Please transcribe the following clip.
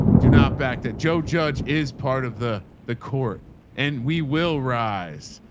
do not back that joe judge is part of the the court and we will rise.